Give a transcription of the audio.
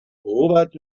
robert